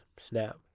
Snap